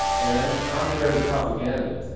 and contrary to propaganda,